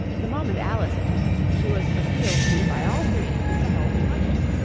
the moment alice appeared, she was appealed to by all three to settle the question,